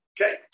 Okay